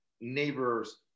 neighbors